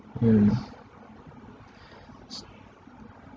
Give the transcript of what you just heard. mmhmm